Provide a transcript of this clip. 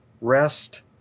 rest